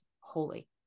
holy